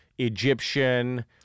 Egyptian